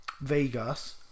vegas